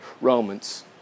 Romans